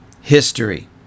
history